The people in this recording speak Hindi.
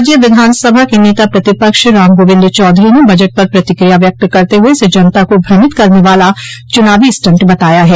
राज्य विधानसभा के नेता प्रतिपक्ष राम गोविंद चौधरी ने बजट पर प्रतिक्रिया व्यक्त करते हुए इसे जनता को भ्रमित करने वाला चुनावी स्टंट बताया है